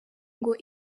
ngo